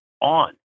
On